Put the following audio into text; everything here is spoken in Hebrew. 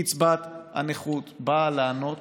קצבת הנכות באה לענות